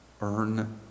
Earn